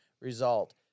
Result